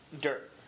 dirt